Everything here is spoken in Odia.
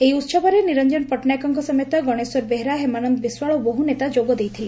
ଏହି ଉହବରେ ନିରଞାନ ପଟଟନାୟକଙ୍କ ସମେତ ଗଣେଶ୍ୱର ବେହେରା ହେମାନନ୍ଦ ବିଶ୍ୱାଳ ଓ ବହୁ ନେତା ଯୋଗ ଦେଇଥିଲେ